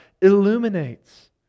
illuminates